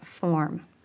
form